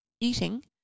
eating